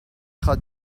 خواد